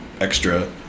extra